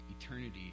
Eternity